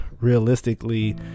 realistically